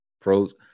pros